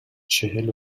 چهل